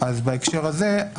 בהקשר הזה,